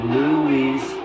Louise